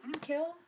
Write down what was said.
kill